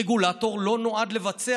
רגולטור לא נועד לבצע.